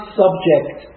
subject